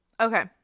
Okay